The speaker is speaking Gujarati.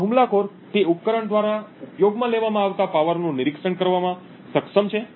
આ હુમલાખોર તે ઉપકરણ દ્વારા ઉપયોગમાં લેવામાં આવતા પાવર નું નિરીક્ષણ કરવામાં સક્ષમ છે